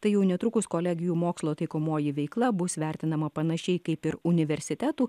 tai jau netrukus kolegijų mokslo taikomoji veikla bus vertinama panašiai kaip ir universitetų